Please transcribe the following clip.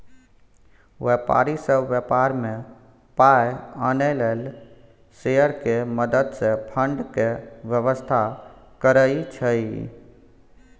व्यापारी सब व्यापार में पाइ आनय लेल शेयर के मदद से फंड के व्यवस्था करइ छइ